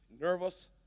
Nervous